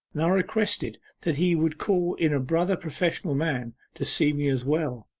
and i requested that he would call in a brother professional man to see me as well.